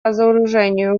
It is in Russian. разоружению